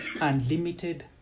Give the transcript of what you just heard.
unlimited